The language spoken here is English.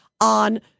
on